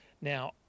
Now